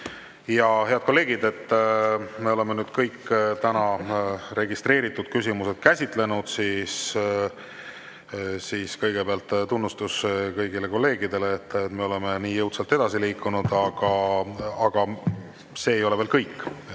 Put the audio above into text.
Head kolleegid, me oleme kõik tänased registreeritud küsimused käsitlenud. Kõigepealt tunnustus kõigile kolleegidele, et me oleme nii jõudsalt edasi liikunud. Aga see ei ole veel kõik.